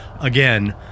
again